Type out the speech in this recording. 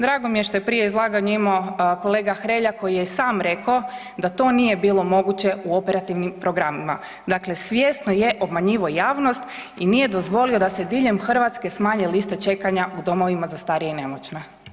Drago mi je što je prije izlaganje imao kolega Hrelja koji je i sam reko da to nije bilo moguće u operativnim programima, dakle svjesno je obmanjivo javnost i nije dozvolio da se diljem Hrvatske smanje liste čekanja u domovima za starije i nemoćne.